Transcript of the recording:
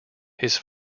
his